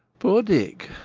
poor dick!